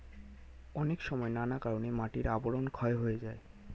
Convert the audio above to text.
অনেক সময় নানা কারণে মাটির আবরণ ক্ষয় হয়ে যায়